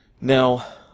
Now